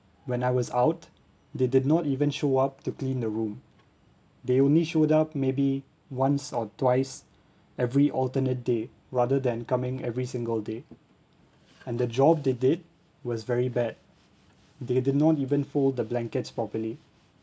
when I was out they did not even show up to clean the room they only showed up maybe once or twice every alternate day rather than coming every single day and the job they did was very bad they did not even fold the blankets properly